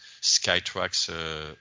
Skytrax